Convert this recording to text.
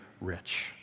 rich